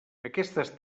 aquestes